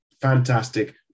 fantastic